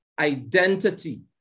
identity